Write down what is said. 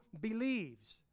believes